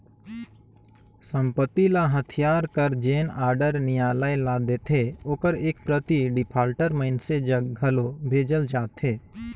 संपत्ति ल हथियाए कर जेन आडर नियालय ल देथे ओकर एक प्रति डिफाल्टर मइनसे जग घलो भेजल जाथे